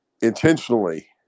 intentionally